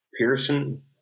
Pearson